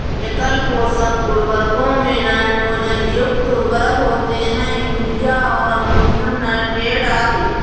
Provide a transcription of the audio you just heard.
एकल पोषक उर्वरकों में नाइट्रोजन युक्त उर्वरक होते है, यूरिया और अमोनियम नाइट्रेट आदि